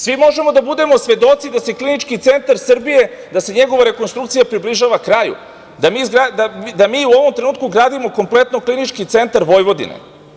Svi možemo da budemo svedoci da se Klinički centar Srbije, da se njegova rekonstrukcija približava kraju, da mi u ovom trenutku gradimo kompletno Klinički centar Vojvodine.